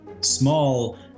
small